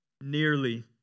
Nearly